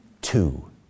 two